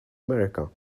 america